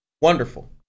wonderful